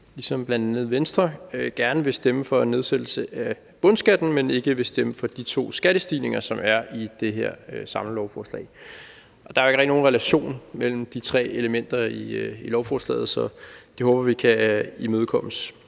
ligesom Venstre vil vi gerne stemme for en nedsættelse af bundskatten, men vil ikke stemme for de to skattestigninger, som er i det her samlede lovforslag. Der er jo ikke rigtig nogen relation mellem de tre elementer i lovforslaget, så vi håber, det kan imødekommes.